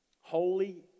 Holy